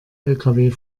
lkw